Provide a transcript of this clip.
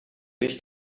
sich